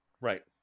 Right